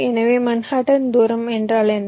எனவே மன்ஹாட்டன் தூரம் என்றால் என்ன